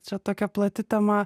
čia tokia plati tema